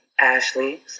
Ashley